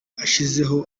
ashyizeho